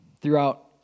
throughout